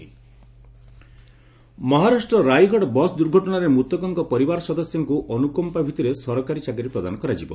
ମହା accident Maharashtra Raigad bus ଦୁର୍ଘଟଣାରେ ମୃତକଙ୍କ ପରିବାର ସଦସ୍ୟଙ୍କୁ ଅନୁକମ୍ପା ଭିଭିରେ ସରକାରୀ ଚାକିରି ପ୍ରଦାନ କରାଯିବ